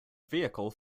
vehicle